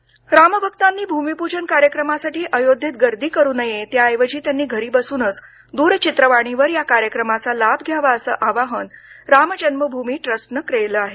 अयोध्या रामभक्तानी भूमिपूजन कार्यक्रमासाठी अयोध्येत गर्दी करू नये त्या ऐवजी त्यांनी घरी बसूनच दुरचित्रवाणीवर या कार्यक्रमाचा लाभ घ्यावा असं आवाहन रामजन्म भूमी ट्रस्टनं केलं आहे